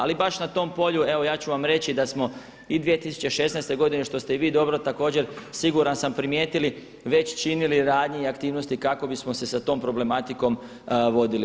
Ali baš na tom polju, evo ja ću vam reći da smo i 2016. godine što ste i vi dobro također siguran sam primijetili već činili ranije aktivnosti kako bismo se sa tom problematikom vodili.